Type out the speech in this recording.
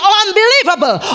unbelievable